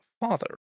father